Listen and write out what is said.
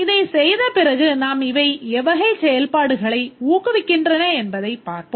இதைச் செய்த பிறகு நாம் இவை எவ்வகைச் செயல்பாடுகளை ஊக்குவிக்கின்றன என்பதைப் பார்ப்போம்